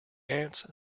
ants